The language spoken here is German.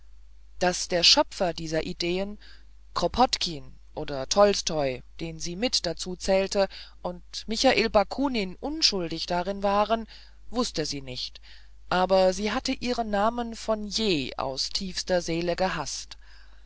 daß die schöpfer dieser ideen kropotkin oder tolstoj den sie mit dazu zählte und michael bakunin unschuldig darin waren wußte sie nicht aber sie hatte ihre namen von je aus tiefster seele gehaßt